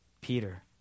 Peter